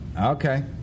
okay